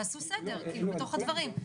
תעשו סדר בתוך הדברים.